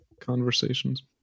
conversations